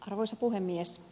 arvoisa puhemies